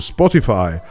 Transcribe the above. Spotify